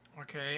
Okay